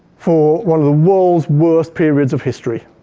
for one of the world's worst periods of history.